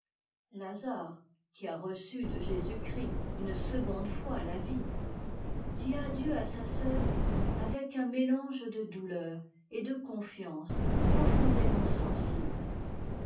lazare qui a reçu de jésus-christ une seconde fois la vie dit adieu à sa sœur avec un mélange de douieur et de confiance profondément sensible